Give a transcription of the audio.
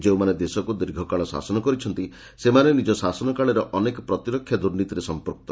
ଯେଉଁମାନେ ଦେଶକୁ ଦୀର୍ଘକାଳ ଶାସନ କରିଛନ୍ତି ସେମାନେ ନିଜ ଶାସନ କାଳରେ ଅନେକ ପ୍ରତିରକ୍ଷା ଦୁର୍ନୀତିରେ ସଂପୂକ୍ତ